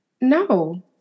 No